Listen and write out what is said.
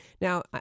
Now